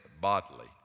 bodily